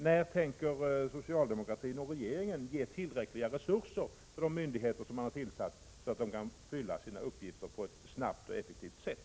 När tänker socialdemokraterna och regeringen ge tillräckliga resurser till de myndigheter som man har tillsatt, så att de kan fylla sina uppgifter på ett snabbt och effektivt sätt?